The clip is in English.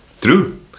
True